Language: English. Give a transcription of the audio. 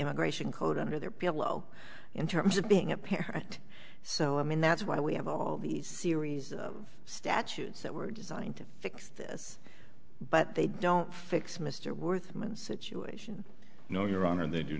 immigration code under their pillow in terms of being a parent so i mean that's why we have all these series of statutes that were designed to fix this but they don't fix mr worth my situation no your honor they do